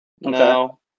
No